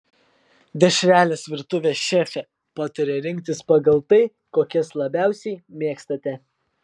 dešreles virtuvės šefė pataria rinktis pagal tai kokias labiausiai mėgstate